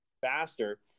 faster